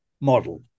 model